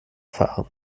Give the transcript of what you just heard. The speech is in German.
fahren